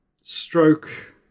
stroke